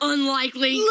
Unlikely